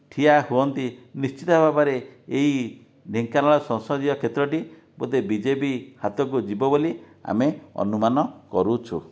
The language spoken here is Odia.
ଠିଆ ହୁଅନ୍ତି ନିଶ୍ଚିତ ଭାବରେ ଏହି ଢେଙ୍କାନାଳ ସଂସଦୀୟ କ୍ଷେତ୍ରଟି ବୋଧେ ବିଜେପି ହାତକୁ ଯିବ ବୋଲି ଆମେ ଅନୁମାନ କରୁଛୁ